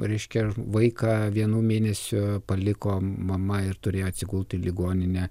reiškia vaiką vienų mėnesio paliko mama ir turėjo atsigult į ligoninę